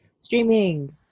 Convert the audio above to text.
Streaming